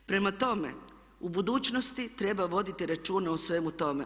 Prema tome u budućnosti treba voditi računa o svemu tome.